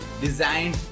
design